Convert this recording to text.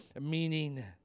meaning